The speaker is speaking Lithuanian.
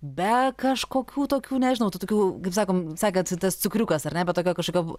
be kažkokių tokių nežinau tų tokių kaip sakom sakėt tas cukriukas ar ne be tokio kažkokio